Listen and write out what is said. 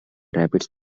rabbit